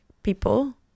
people